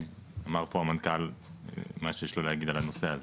אמר פה המנכ"ל מה שיש לו להגיד על הנושא הזה.